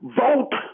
vote